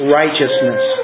righteousness